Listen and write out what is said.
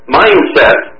mindset